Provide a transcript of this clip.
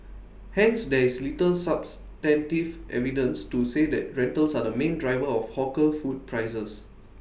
hence there's little substantive evidence to say that rentals are the main driver of hawkers food prices